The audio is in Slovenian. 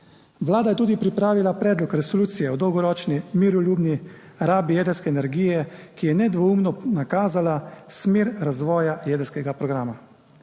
Vlada je tudi pripravila predlog resolucije o dolgoročni miroljubni rabi jedrske energije, ki je nedvoumno nakazala smer razvoja jedrskega programa.